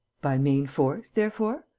by main force, therefore?